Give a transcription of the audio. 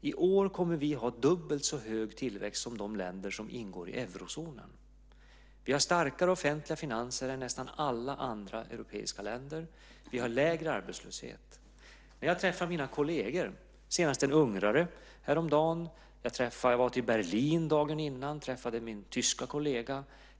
I år kommer vi att ha dubbelt så hög tillväxt som de länder som ingår i eurozonen. Vi har starkare offentliga finanser än nästan alla andra europeiska länder. Vi har lägre arbetslöshet. Jag träffade en ungersk kollega häromdagen. Dagen innan var jag till Berlin och träffade min tyska kollega.